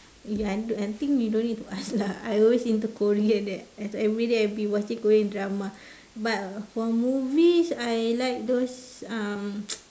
ya I need to I think you don't need to ask lah I always into korean eh as everyday I've been watching Korea drama but for movies I like those um